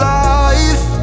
life